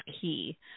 key